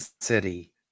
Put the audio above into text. city